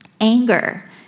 anger